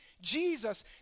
Jesus